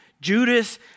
Judas